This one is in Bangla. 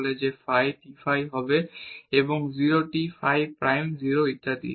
যা phi t phi 0 t phi prime 0 ইত্যাদি হবে